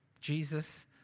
Jesus